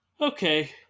okay